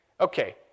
Okay